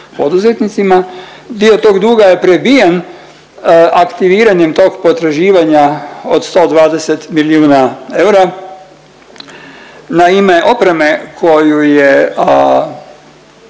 poduzetnicima, dio tog duga je prebijen aktiviranjem tog potraživanja od 120 milijuna eura na ime opreme koju je